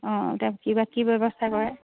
অঁ এতিয়া কিবা কি ব্যৱস্থা কৰে